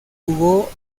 jugó